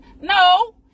No